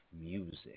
music